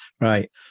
Right